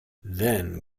then